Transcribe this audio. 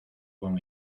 con